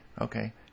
Okay